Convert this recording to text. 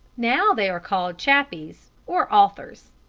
now they are called chappies or authors.